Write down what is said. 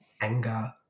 anger